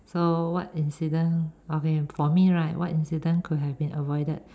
so what incident okay for me right what incident could have been avoided